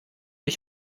ich